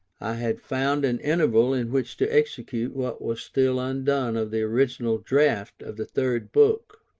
i had found an interval in which to execute what was still undone of the original draft of the third book.